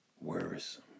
Worrisome